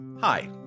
Hi